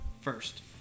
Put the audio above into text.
first